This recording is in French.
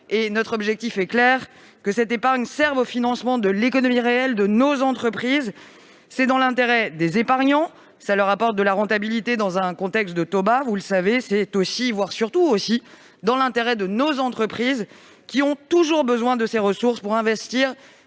Notre objectif est clair : que cette épargne serve au financement de l'économie réelle, de nos entreprises. C'est dans l'intérêt des épargnants- cela leur rapporte de la rentabilité, dans un contexte de taux bas -, mais aussi, voire surtout, dans celui de nos entreprises, qui ont toujours besoin de ces ressources pour investir,